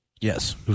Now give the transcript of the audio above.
Yes